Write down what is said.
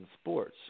sports